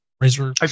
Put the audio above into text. Razor